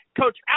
Coach